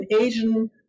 Asian